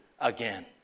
again